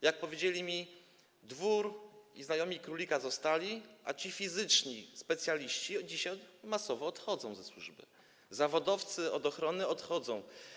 Jak powiedzieli mi, dwór i znajomi królika zostali, a ci fizyczni specjaliści dzisiaj masowo odchodzą ze służby, zawodowcy od ochrony odchodzą.